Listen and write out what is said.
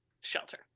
shelter